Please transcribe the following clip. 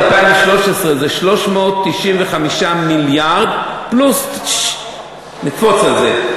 2013 זה 395 מיליארד פלוס, נקפוץ על זה.